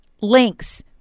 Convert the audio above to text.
links